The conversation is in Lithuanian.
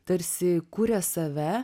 tarsi kuria save